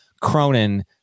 Cronin